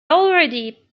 already